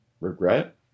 regret